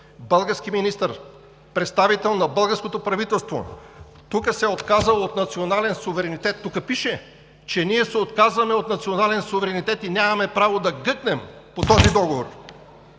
Български министър, представител на българското правителство тук се е отказал от национален суверенитет?! Тук пише, че ние се отказваме от национален суверенитет и нямаме право да гъкнем по този договор.